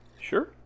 Sure